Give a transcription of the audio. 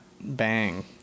bang